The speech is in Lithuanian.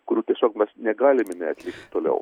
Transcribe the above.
kurių tiesiog mes negalime neatlikti toliau